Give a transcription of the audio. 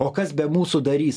o kas be mūsų darys